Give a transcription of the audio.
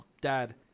dad